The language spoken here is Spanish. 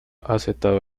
aceptado